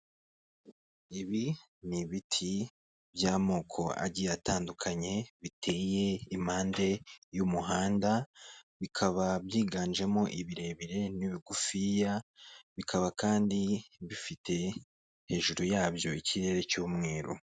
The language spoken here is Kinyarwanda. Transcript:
Ibi ni ibiti by'amoko agiye atandukanye biteye impande y'umuhanda, bikaba byiganjemo ibirebire n'ibigufiya bikaba kandi bifite hejuru yabyo ikirere cy'umweru.